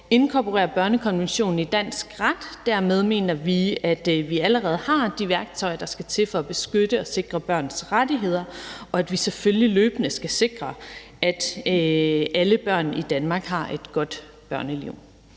inkorporere børnekonventionen i dansk ret. Dermed mener vi, at vi allerede har de værktøjer, der skal til, for at beskytte og sikre børns rettigheder, og at vi selvfølgelig løbende skal sikre, at alle børn i Danmark har et godt børneliv.